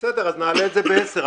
בסדר, אז נעלה את זה ב-10.